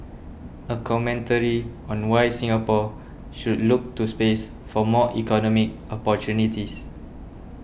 a commentary on why Singapore should look to space for more economic opportunities